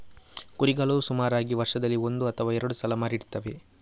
ಕುರಿಗಳು ಸುಮಾರಾಗಿ ವರ್ಷದಲ್ಲಿ ಒಂದು ಅಥವಾ ಎರಡು ಸಲ ಮರಿ ಇಡ್ತವೆ